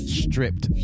stripped